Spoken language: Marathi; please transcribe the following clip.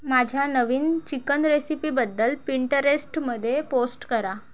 माझ्या नवीन चिकन रेसिपीबद्दल पिंटरेस्टमध्ये पोस्ट करा